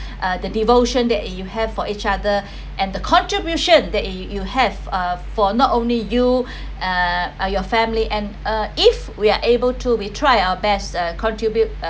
uh the devotion that you have for each other and the contribution that you you have uh for not only you uh your family and uh if we are able to we try our best uh contribute uh